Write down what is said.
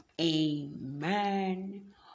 Amen